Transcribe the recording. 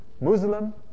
Muslim